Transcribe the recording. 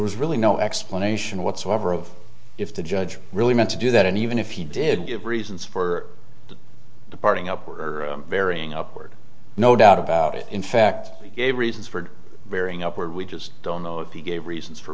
was really no explanation whatsoever of if the judge really meant to do that and even if he did give reasons for departing up or varying upward no doubt about it in fact he gave reasons for bearing up where we just don't know if he gave reasons for